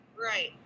right